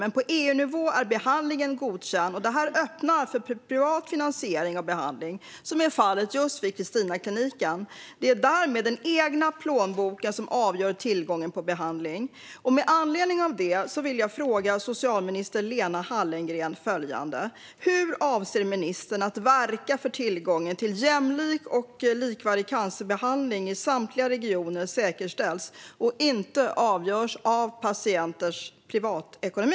Men på EU-nivå är behandlingen godkänd. Det öppnar för privat finansiering och behandling som är fallet just vid Christinakliniken. Det är därmed den egna plånboken som avgör tillgången på behandling. Med anledning av det vill jag fråga socialminister Lena Hallengren följande. Hur avser ministern att verka för att tillgången till jämlik och likvärdig cancerbehandling i samtliga regioner säkerställs och inte avgörs av patienters privatekonomi?